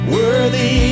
worthy